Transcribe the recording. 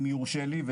אם יורשה לי,